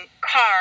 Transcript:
car